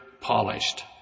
polished